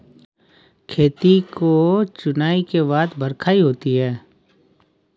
खेती की जुताई के बाद बख्राई होती हैं?